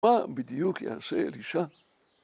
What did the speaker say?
‫מה בדיוק יעשה אלישע?